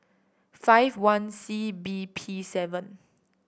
five one C B P seven